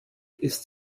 ist